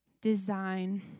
design